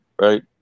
right